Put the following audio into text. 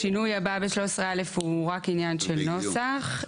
השינוי הבא ב 13(א) הוא רק עניין של נוסח,